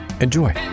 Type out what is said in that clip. Enjoy